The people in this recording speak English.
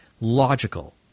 logical